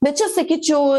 bet čia sakyčiau